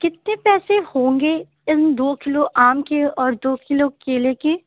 کتنے پیسے ہوں گے ان دو کلو آم کے اور دو کلو کیلے کے